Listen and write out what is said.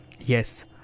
Yes